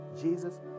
Jesus